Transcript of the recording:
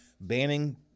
banning